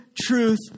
truth